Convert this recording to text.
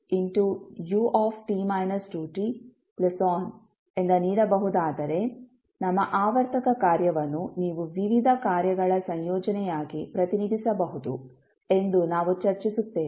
ಯಿಂದ ನೀಡಬಹುದಾದರೆ ನಮ್ಮ ಆವರ್ತಕ ಕಾರ್ಯವನ್ನು ನೀವು ವಿವಿಧ ಕಾರ್ಯಗಳ ಸಂಯೋಜನೆಯಾಗಿ ಪ್ರತಿನಿಧಿಸಬಹುದು ಎಂದು ನಾವು ಚರ್ಚಿಸುತ್ತೇವೆ